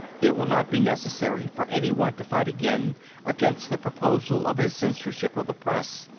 it will not be necessary for any one to fight again against the proposal of a censorship of the press.